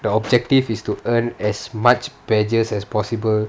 the objective is to earn as much badges as possible